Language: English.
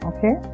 Okay